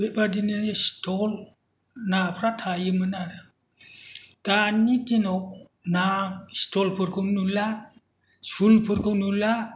बेबादिनो सिथल नाफोरा थायोमोन आरो दानि दिनाव ना सिथलफोरखौनो नुला सुलफोरखौ नुला